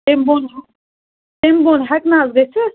اَمہِ بۄن اَمہِ بۄن ہیٚکہِ نہَ حظ گٔژھِتھ